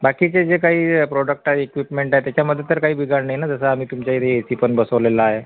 बाकीचे जे काही प्रॉडक्ट आहे इक्विपमेंट आहे त्याच्यामध्ये तर काही बिघाड नाही ना जसा आम्ही तुमच्या इथे ए सी पण बसवलेला आहे